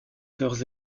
sœurs